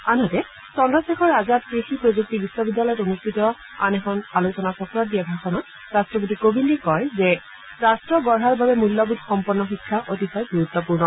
আনহাতে চন্দ্ৰশেখৰ আজাদ কৃষি প্ৰযুক্তি বিশ্ববিদ্যালয়ত অনুষ্ঠিত আন এখন আলোচনাচক্ৰত দিয়া ভাষণত ৰট্টপতি কোবিন্দে কয় যে ৰট্ট গঢ়াৰ বাবে মূল্যবোধ সম্পন্ন শিক্ষা অতিশয় গুৰুত্বপূৰ্ণ